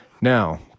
now